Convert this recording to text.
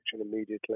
immediately